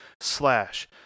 slash